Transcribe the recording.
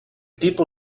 tipo